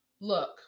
Look